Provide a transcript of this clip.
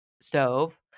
stove